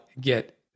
get